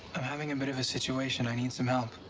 i'm having a bit of a situation. i need some help.